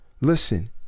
Listen